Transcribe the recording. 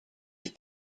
you